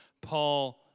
Paul